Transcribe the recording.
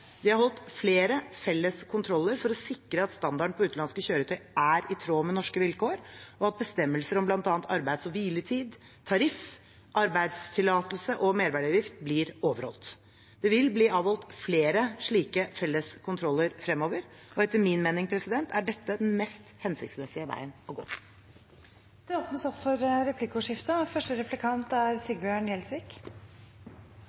har holdt flere felles kontroller for å sikre at standarden på utenlandske kjøretøy er i tråd med norske vilkår, og at bestemmelser om bl.a. arbeids- og hviletid, tariff, arbeidstillatelse og merverdiavgift blir overholdt. Det vil bli avholdt flere slike felles kontroller fremover. Etter min mening er dette den mest hensiktsmessige veien å gå. Det blir replikkkordskifte. I stedet for å stå og